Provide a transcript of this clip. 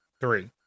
Three